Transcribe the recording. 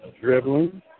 dribbling